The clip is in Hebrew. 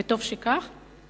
וטוב שכך.